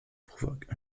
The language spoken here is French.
provoque